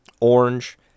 orange